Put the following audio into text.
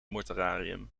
mortuarium